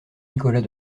nicolas